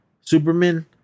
Superman